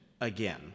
again